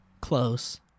close